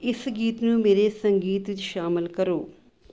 ਇਸ ਗੀਤ ਨੂੰ ਮੇਰੇ ਸੰਗੀਤ ਵਿੱਚ ਸ਼ਾਮਲ ਕਰੋ